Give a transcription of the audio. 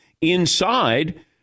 inside